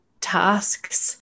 tasks